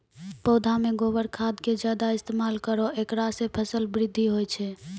पौधा मे गोबर खाद के ज्यादा इस्तेमाल करौ ऐकरा से फसल बृद्धि होय छै?